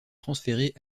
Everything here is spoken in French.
transférée